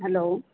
hello